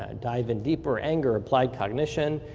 ah dive in deeper, ang ger, applied cognition,